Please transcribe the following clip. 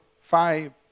five